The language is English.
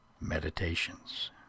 Meditations